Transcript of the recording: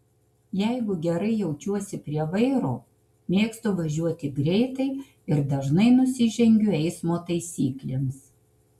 jeigu gerai jaučiuosi prie vairo mėgstu važiuoti greitai ir dažnai nusižengiu eismo taisyklėms